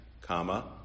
comma